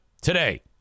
today